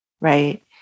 right